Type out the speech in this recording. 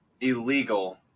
illegal